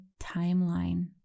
timeline